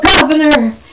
governor